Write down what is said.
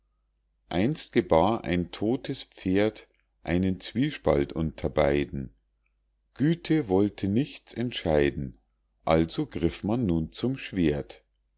einst gebar ein todtes pferd einen zwiespalt unter beiden güte wollte nichts entscheiden also griff man nun zum schwert